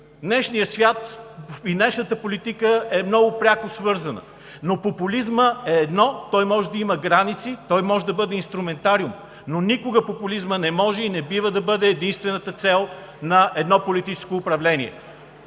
Днешният свят и днешната политика е много пряко свързана, но популизмът е едно – той може да има граници, той може да бъде инструментариум, но никога популизмът не може и не бива да бъде единствената цел на едно политическо управление.